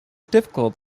difficult